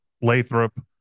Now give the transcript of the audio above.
Lathrop